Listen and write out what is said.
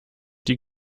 die